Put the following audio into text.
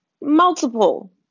Multiple